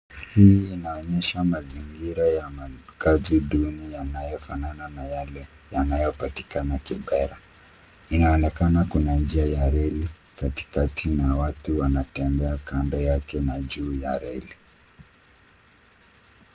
Hii inaonyesha mazingira ya makazi duni yanayofanana na yale yanayopatikana Kibera. Inaonekana kuna njia ya reli katikati na watu wanatembea kando yake na juu ya reli.